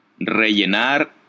Rellenar